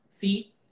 feet